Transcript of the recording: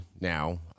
now